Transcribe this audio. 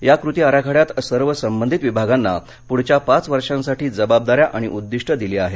या कृती आराखड्यात सर्व संबंधित विभागांना पूढच्या पाच वर्षासाठी जबाबदाऱ्या आणि उद्दिष्ट दिली आहेत